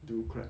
do crab